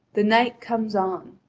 the night comes on!